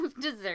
dessert